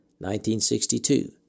1962